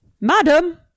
Madam